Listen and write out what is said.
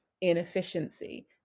inefficiency